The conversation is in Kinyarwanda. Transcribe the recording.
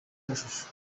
amashusho